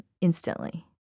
instantly